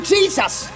Jesus